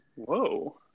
Whoa